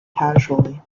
casually